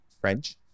French